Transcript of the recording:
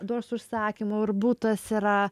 duos užsakymų ir butas yra